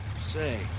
Say